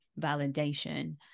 validation